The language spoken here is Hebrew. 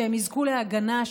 שהם יזכו להגנה,